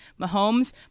Mahomes